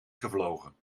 gevlogen